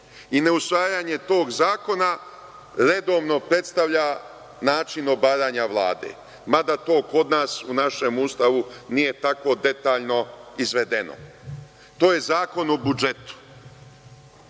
I na usvajanje tog zakona redovno predstavlja način obaranja Vlade, mada to kod nas u našem Ustavu nije tako detaljno izvedeno. To je Zakon o budžetu. Obaveza